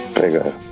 trigger